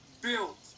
built